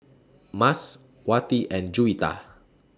Mas Wati and Juwita